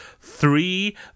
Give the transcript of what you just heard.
three